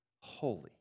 holy